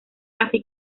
así